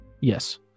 Yes